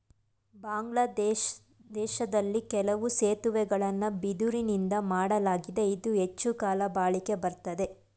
ಬಾಂಗ್ಲಾದೇಶ್ದಲ್ಲಿ ಕೆಲವು ಸೇತುವೆಗಳನ್ನ ಬಿದಿರುನಿಂದಾ ಮಾಡ್ಲಾಗಿದೆ ಇದು ಹೆಚ್ಚುಕಾಲ ಬಾಳಿಕೆ ಬರ್ತದೆ